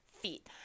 feet